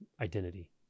identity